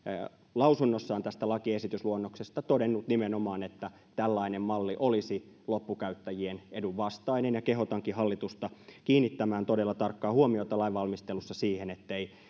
lausunnossa tästä lakiesitysluonnoksesta todennut nimenomaan että tällainen malli olisi loppukäyttäjien edun vastainen ja kehotankin hallitusta kiinnittämään todella tarkkaan huomiota lain valmistelussa siihen